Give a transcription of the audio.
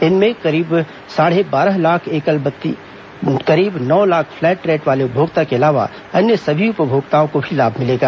इनमें करीब साढ़े बारह लाख एकल बत्ती करीब नौ लाख फ्लैट रेट वाले उपभोक्ता के अलावा अन्य सभी उपभोक्ताओं को भी लाभ मिलेगा